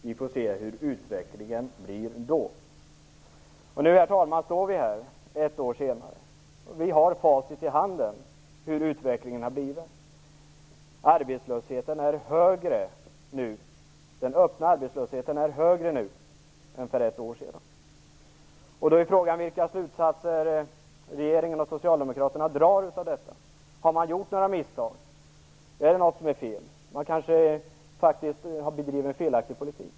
Vi får se hur utvecklingen blir då. Herr talman! Nu står vi här ett år senare. Vi har facit i hand när det gäller utvecklingen. Den öppna arbetslösheten är högre nu än för ett år sedan. Då är frågan vilka slutsatser regeringen och Socialdemokraterna drar av detta. Har man gjort några misstag? Är det något som är fel? Man har kanske faktiskt bedrivit en felaktig politik.